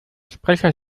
sprecher